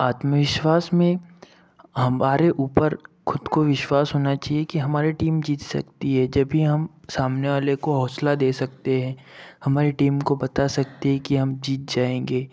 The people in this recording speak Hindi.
आत्मविश्वास में हमारे ऊपर खुद को विश्वास होना चाहिए कि हमारी टीम जीत सकती है तभी हम सामने वाले को हौसला दे सकते हैं हमारे टीम को बता सकते हैं कि हम जीत जाएँगे